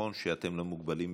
נכון שאתם לא מוגבלים בזמן,